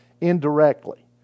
indirectly